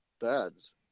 beds